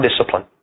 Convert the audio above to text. discipline